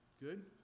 Good